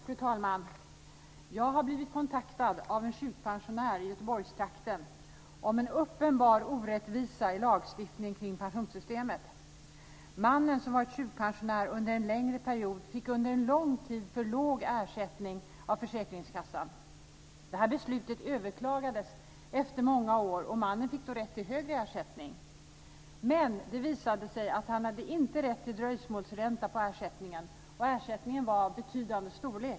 Fru talman! Jag har blivit kontaktad av en sjukpensionär i Göteborgstrakten om en uppenbar orättvisa i lagstiftningen kring pensionssystemet. Mannen, som har varit sjukpensionär under en längre period, fick under lång tid för låg ersättning av försäkringskassan. Det här beslutet överklagades efter många år, och mannen fick då rätt till högre ersättning. Men det visade sig att han inte hade rätt till dröjsmålsränta på ersättningen, och ersättningen var av betydande storlek.